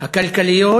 הכלכליות